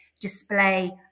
display